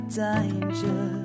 danger